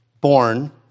born